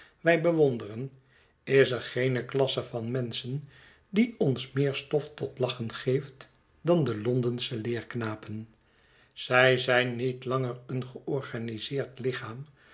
wij bewonderen is er geene klasse van menschen die ons meer stof tot lachen geeft dan de londensche leerknapen zij zijn niet langer een georganiseerd lichaam